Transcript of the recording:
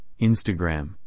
Instagram